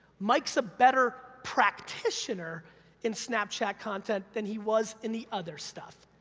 mike's a better practitioner in snapchat content than he was in the other stuff.